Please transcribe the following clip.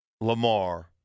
Lamar